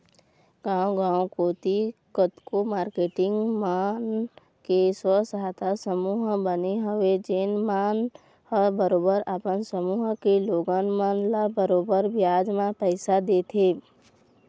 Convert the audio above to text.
गाँव गाँव कोती कतको मारकेटिंग मन के स्व सहायता समूह बने हवय जेन मन ह बरोबर अपन समूह के लोगन मन ल बरोबर बियाज म पइसा देथे